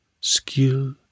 skill